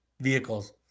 vehicles